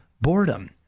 boredom